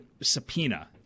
subpoena